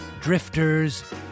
drifters